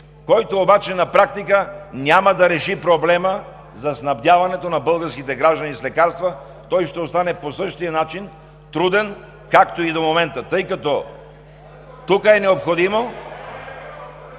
който обаче на практика няма да реши проблема за снабдяването на българските граждани с лекарства, а той ще остане по същия начин труден, както и до момента. (Силен шум и реплики от